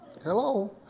hello